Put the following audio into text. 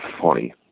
funny